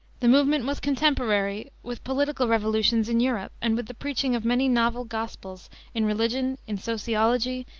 the movement was contemporary with political revolutions in europe and with the preaching of many novel gospels in religion, in sociology,